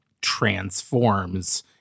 transforms